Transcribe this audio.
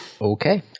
Okay